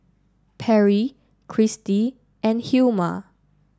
Perri Kristy and Hilma